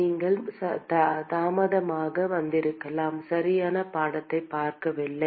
நீங்கள் தாமதமாக வந்திருக்கலாம் சரியான படத்தைப் பார்க்கவில்லை